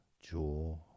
Jaw